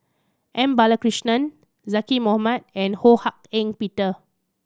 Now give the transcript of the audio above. M Balakrishnan Zaqy Mohamad and Ho Hak Ean Peter